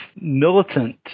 militant